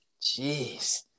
Jeez